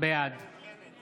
בעד